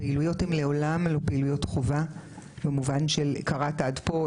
הפעילויות הן לעולם לא פעילויות חובה במובן של קראת עד פה,